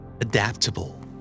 Adaptable